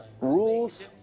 rules